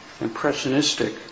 impressionistic